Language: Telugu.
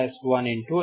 n22n1n1